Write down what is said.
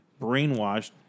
brainwashed